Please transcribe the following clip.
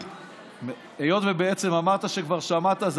היות שבעצם אמרת שכבר שמעת,